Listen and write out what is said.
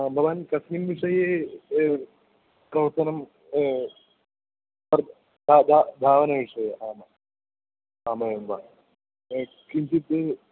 भवान् कस्मिन् विषये कौतनं धावनविषये आम् आमेवं वा किञ्चित्